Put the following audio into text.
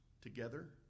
together